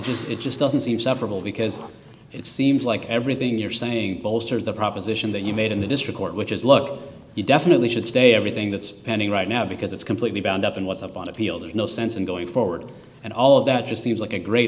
ages it just doesn't seem separable because it seems like everything you're saying bolsters the proposition that you made in the district court which is look you definitely should stay everything that's pending right now because it's completely bound up and what's up on appeal there's no sense in going forward and all of that just seems like a great